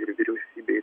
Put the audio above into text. ir vyriausybei